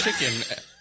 chicken